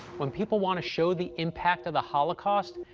when people want to show the impact of the holocaust,